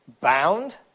bound